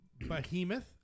Behemoth